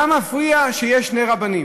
מה מפריע שיש שני רבנים?